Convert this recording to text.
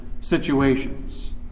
situations